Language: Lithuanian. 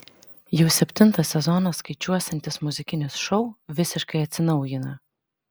jau septintą sezoną skaičiuosiantis muzikinis šou visiškai atsinaujina